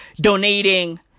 Donating